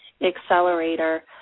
Accelerator